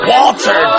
Walter